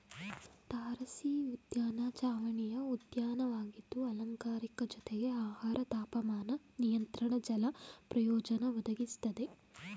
ತಾರಸಿಉದ್ಯಾನ ಚಾವಣಿಯ ಉದ್ಯಾನವಾಗಿದ್ದು ಅಲಂಕಾರಿಕ ಜೊತೆಗೆ ಆಹಾರ ತಾಪಮಾನ ನಿಯಂತ್ರಣ ಜಲ ಪ್ರಯೋಜನ ಒದಗಿಸ್ತದೆ